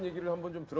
your number if